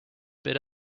bid